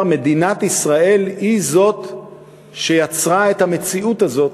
מדינת ישראל היא שיצרה את המציאות הזאת,